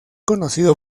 conocido